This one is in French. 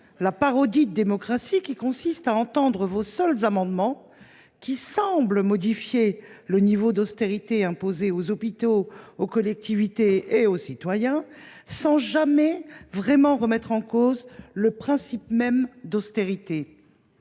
la parodie de démocratie qui consiste à n’examiner que vos seuls amendements, qui tendent à modifier le niveau de l’effort d’austérité imposé aux hôpitaux, aux collectivités et aux citoyens, sans jamais remettre en cause le principe même de l’austérité.